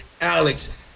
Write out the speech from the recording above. Alex